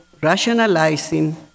rationalizing